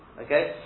Okay